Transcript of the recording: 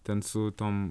ten su tom